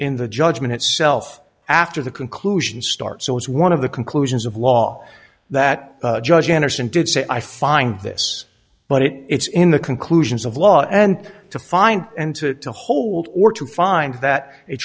in the judgment itself after the conclusion starts it was one of the conclusions of law that judge anderson did say i find this but it it's in the conclusions of law and to find and to to hold or to find that